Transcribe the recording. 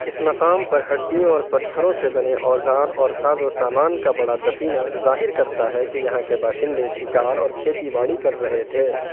اس مقام پر ہڈیوں اور پتھروں سے بنے اوزار اور ساز و سامان کا بڑا دفینہ ظاہر کرتا ہے کہ یہاں کے باشندے شکار اور کھیتی باڑی کر رہے تھے